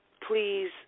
please